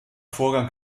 vorgang